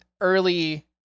early